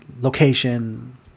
location